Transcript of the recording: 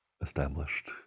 established